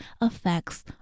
affects